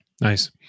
Nice